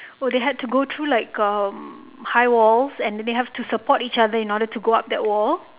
oh they had to go through like um high walls and they have to support each other in order to go up that wall